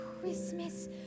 Christmas